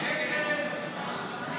לסעיף 24